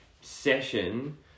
session